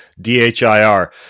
d-h-i-r